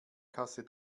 kasse